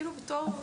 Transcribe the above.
בתור,